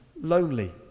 lonely